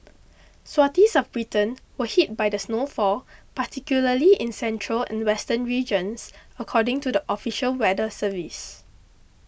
swathes of Britain were hit by the snowfall particularly in central and western regions according to the official weather service